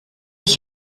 ich